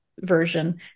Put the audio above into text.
version